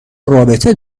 رابطه